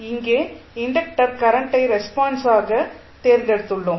இங்கே இன்டக்டர் கரண்டை ரெஸ்பான்ஸாக தேர்ந்தெடுத்துள்ளோம்